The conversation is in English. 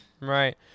Right